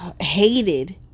hated